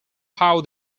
how